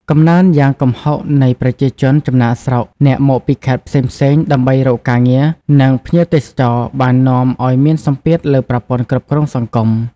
កំណើនយ៉ាងគំហុកនៃ ប្រជាជនចំណាកស្រុក អ្នកមកពីខេត្តផ្សេងៗ ដើម្បីស្វែងរកការងារ និង ភ្ញៀវទេសចរ បាននាំឲ្យមានសម្ពាធលើប្រព័ន្ធគ្រប់គ្រងសង្គម។